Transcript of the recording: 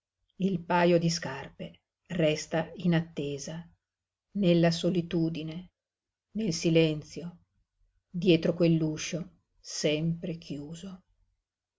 il pajo di scarpe resta in attesa nella solitudine nel silenzio dietro quell'uscio sempre chiuso